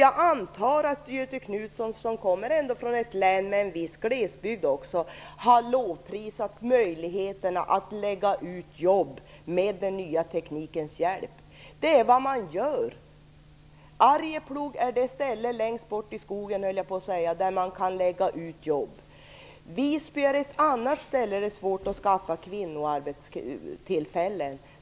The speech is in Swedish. Jag antar att Göthe Knutson, som ändå kommer från ett län med en viss glesbygd, har lovprisat möjligheterna att lägga ut jobb med den nya teknikens hjälp. Det är vad man gör. Arjeplog är ett ställe längst bort i skogen där man kan lägga ut jobb. Visby är ett annat ställe där det är svårt att skaffa kvinnoarbetstillfällen.